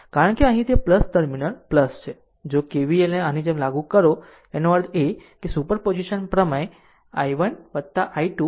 કારણ કે અહીં તે ટર્મિનલ છે જો KVLને આની જેમ લાગુ કરો તેનો અર્થ છે સુપરપોઝિશન પ્રમેય i1 i2 i3 છે